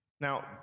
Now